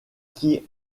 qui